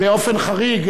באופן חריג,